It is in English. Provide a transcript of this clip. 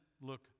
look